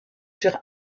sur